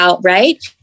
Right